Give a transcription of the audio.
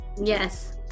Yes